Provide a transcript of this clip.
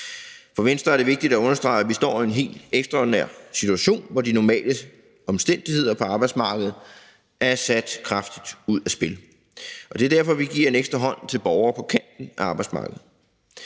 For Venstre er det vigtigt at understrege, at vi står i en helt ekstraordinær situation, hvor de normale omstændigheder på arbejdsmarkedet er sat kraftigt ud af spil. Og det er derfor, at vi giver en ekstra hånd til borgere på kanten af arbejdsmarkedet.